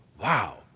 wow